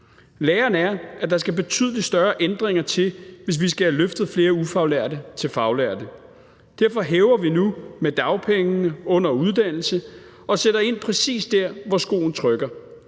Læren er, at der skal betydelig større ændringer til, hvis vi skal have løftet flere ufaglærte til faglærte. Derfor hæver vi nu dagpengene under uddannelse og sætter ind præcis der, hvor skoen trykker,